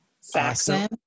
Saxon